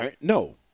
no